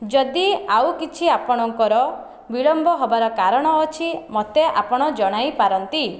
ଯଦି ଆଉ କିଛି ଆପଣଙ୍କର ବିଳମ୍ବ ହେବାର କାରଣ ଅଛି ମୋତେ ଆପଣ ଜଣାଇ ପାରନ୍ତି